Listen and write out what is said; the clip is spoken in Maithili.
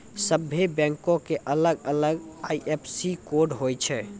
सभ्भे बैंको के अलग अलग आई.एफ.एस.सी कोड होय छै